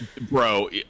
Bro